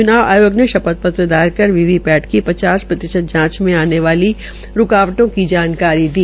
च्नाव आयोग ने शपथ पत्र दायर कर वीवीपैट की पचास प्रतिशत जांच में आने वाले रूकावओं की जानकारी दी